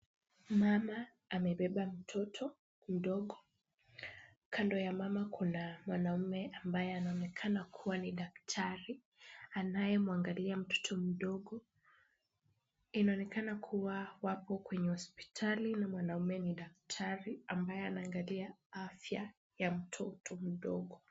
Mama amebeba mtoto mdogo. Kando ya mama kuna mwanamme ambaye anaonekana kuwa ni daktari, anayemwangalia mtoto mdogo. Inaonekana kuwa wapo kwenye hospitali na mwanaume ni daktari ambaye anaangalia afya ya mtoto mdogo.